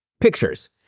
pictures